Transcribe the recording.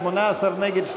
18 נגד,